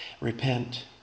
repent